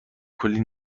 کلی